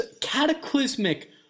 cataclysmic